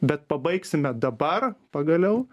bet pabaigsime dabar pagaliau